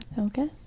Okay